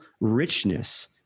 richness